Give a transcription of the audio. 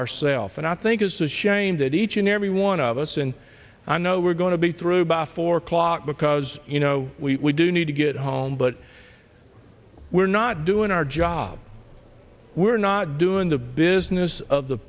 our self and i think it's a shame that each and every one of us and i know we're going to be through by four o'clock because you know we do need to get home but we're not doing our job we're not doing the business of the